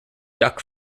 duck